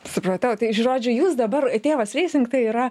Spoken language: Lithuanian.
supratau tai žodžiu jūs dabar tėvas racing tai yra